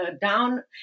down